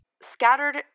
scattered